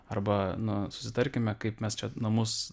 arba na susitarkime kaip mes čia namus